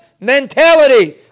mentality